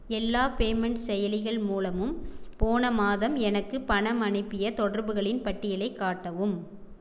எல்லா பேமெண்ட் செயலிகள் மூலமும் போன மாதம் எனக்கு பணம் அனுப்பிய தொடர்புகளின் பட்டியலைக் காட்டவும்